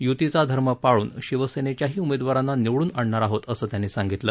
युतीचा धर्म पाळून शिवसेनेच्याही उमेदवारांना निवडून आणणार आहोत असं त्यांनी सांगितल